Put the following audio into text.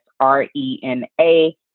R-E-N-A